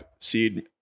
seed